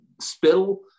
spittle